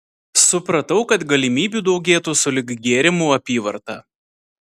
supratau kad galimybių daugėtų sulig gėrimų apyvarta